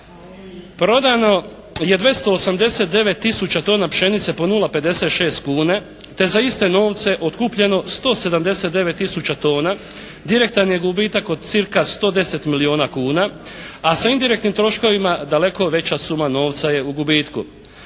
Prodano je 289 tisuća tona pšenice po 0,56 kuna te za iste novce otkupljeno 179 tisuća tona. Direktan je gubitak od cca. 110 milijuna kuna. A sa indirektnim troškovima daleko veća suma novca je u gubitku.